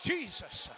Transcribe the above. Jesus